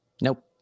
Nope